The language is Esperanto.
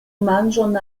manĝon